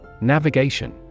Navigation